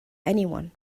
anyone